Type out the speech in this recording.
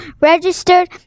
registered